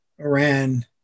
Iran